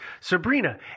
Sabrina